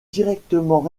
directement